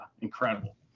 incredible